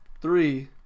Three